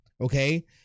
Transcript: okay